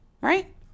Right